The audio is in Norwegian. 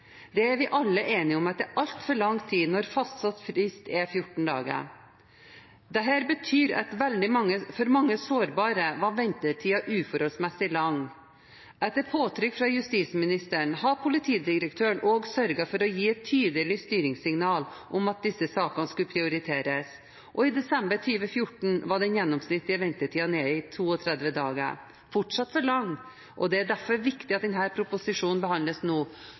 Det er vi alle enige om er altfor lang tid når fastsatt frist er 14 dager. Dette betyr at for mange sårbare var ventetiden uforholdsmessig lang. Etter påtrykk fra justisministeren har politidirektøren også sørget for å gi et tydelig styringssignal om at disse sakene skal prioriteres, og i desember 2014 var den gjennomsnittlige ventetiden nede i 32 dager – fortsatt for lang – og det er derfor viktig at denne proposisjonen behandles nå,